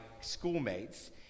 schoolmates